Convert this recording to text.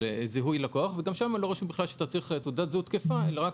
זיהוי לקוח לא רשום שאתה צריך תעודת זהות תקפה אלא רק